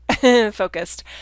focused